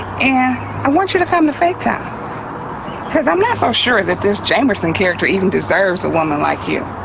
and i want you to come to faithtown cause i'm not so sure that this jamerson character even deserves a woman like you